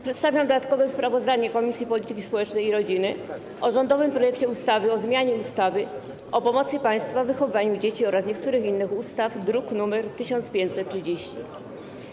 Przedstawiam dodatkowe sprawozdanie Komisji Polityki Społecznej i Rodziny o rządowym projekcie ustawy o zmianie ustawy o pomocy państwa w wychowywaniu dzieci oraz niektórych innych ustaw, druk nr 1530.